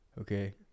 okay